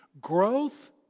Growth